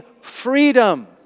freedom